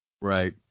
Right